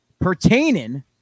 pertaining